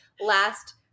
last